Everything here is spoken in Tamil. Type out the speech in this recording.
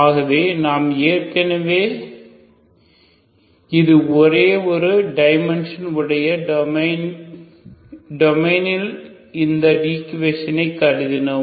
ஆகவே நாம் ஏற்கனவே இது ஒரே ஒரு டைமென்ஷன் உடைய டொமைனில் இந்த ஈக்குவேஷனை கருதினோம்